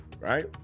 right